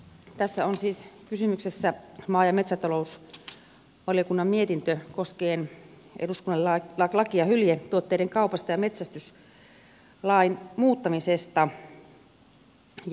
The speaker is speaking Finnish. tässä on siis kysymyksessä maa ja metsätalousvaliokunnan mietintö koskien lakia hyljetuotteiden kaupasta ja metsästyslain muuttamisesta